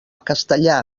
castellà